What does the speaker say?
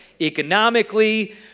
economically